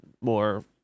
more